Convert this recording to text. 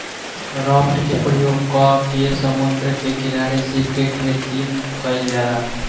raft के प्रयोग क के समुंद्र के किनारे सीप के खेतीम कईल जाला